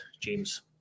James